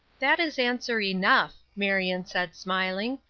that is answer enough, marion said, smiling.